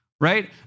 right